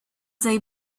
they